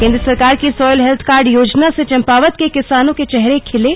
केंद्र सरकार की सॉयल हेल्थ कार्ड योजना से चंपावत के किसानों के चेहरे खिले